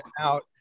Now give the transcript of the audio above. out